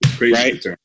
right